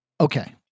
Okay